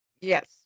Yes